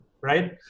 right